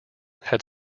had